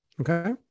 okay